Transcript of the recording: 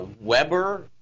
Weber